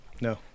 No